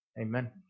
Amen